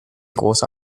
große